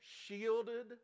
shielded